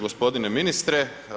Gospodine ministre.